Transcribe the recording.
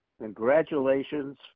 Congratulations